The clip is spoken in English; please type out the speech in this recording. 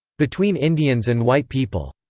between indians and white people.